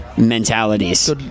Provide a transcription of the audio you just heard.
Mentalities